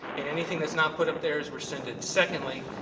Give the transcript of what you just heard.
and anything that's not put up there is rescinded. secondly,